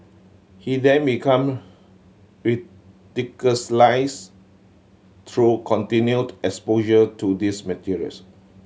he then become through continued exposure to these materials